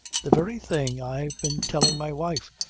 the very thing i've been telling my wife,